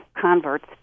converts